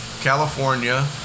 California